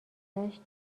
دشت